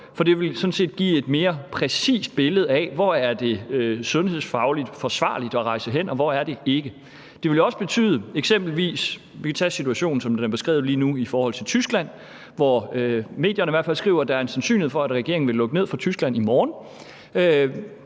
sådan set give et mere præcist billede af, hvor det er sundhedsfagligt forsvarligt at rejse hen, og hvor det ikke er. Vi kan eksempelvis tage situationen, som den er beskrevet lige nu i forhold til Tyskland, hvor medierne i hvert fald skriver, at der er en sandsynlighed for, at regeringen vil lukke ned for Tyskland i morgen.